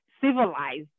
civilized